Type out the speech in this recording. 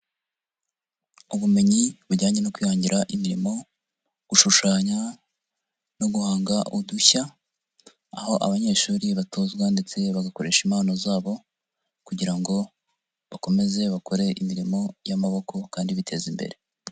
Ubumenyi bujyanye no kwihangira imirimo, gushushanya no guhanga udushya, aho abanyeshuri batozwa ndetse bagakoresha impano zabo kugira ngo bakomeze bakore imirimo y'amaboko kandi biteza imbere.